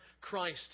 Christ